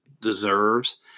deserves